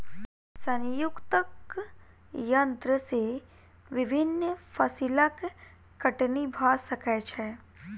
संयुक्तक यन्त्र से विभिन्न फसिलक कटनी भ सकै छै